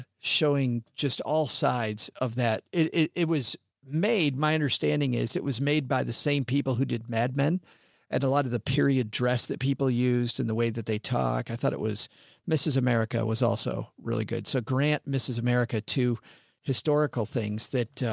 showing just all sides of that. it, it, it was. made my understanding is it was made by the same people who did mad men and a lot of the period dress that people used and the way that they talk, i thought it was mrs. america was also really good. so grant mrs. america, two historical things that,